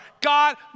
God